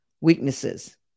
weaknesses